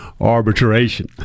arbitration